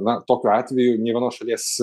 na tokiu atveju nei vienos šalies